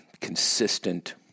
consistent